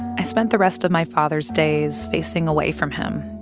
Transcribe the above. i spent the rest of my father's days facing away from him,